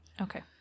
Okay